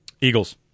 Eagles